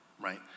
right